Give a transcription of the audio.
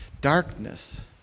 darkness